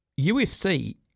UFC